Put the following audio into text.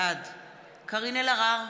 בעד קארין אלהרר,